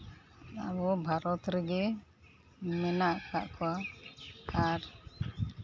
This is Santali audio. ᱟᱵᱚ ᱵᱷᱟᱨᱚᱛ ᱨᱮᱜᱮ ᱢᱮᱱᱟᱜ ᱠᱟᱜ ᱠᱚᱣᱟ ᱟᱨ